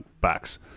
backs